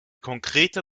konkrete